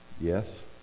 Yes